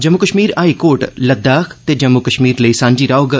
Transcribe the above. Jammu Kashmir high court Ladakh ते जम्मू कश्मीर लेई सांझी रौहग